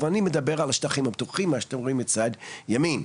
ואני מדבר על השטחים הפתוחים מה שאתם רואים מצד ימין,